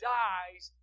dies